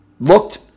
Looked